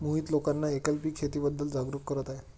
मोहित लोकांना एकल पीक शेतीबद्दल जागरूक करत आहे